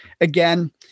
Again